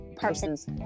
person's